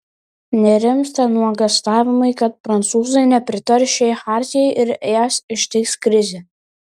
nerimsta nuogąstavimai kad prancūzai nepritars šiai chartijai ir es ištiks krizė